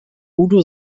udo